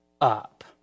up